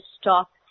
stop